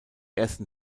ersten